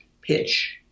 pitch